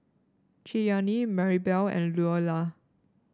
Cheyanne Marybelle and Loula